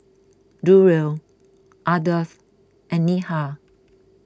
Durrell Ardath and Neha